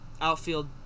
outfield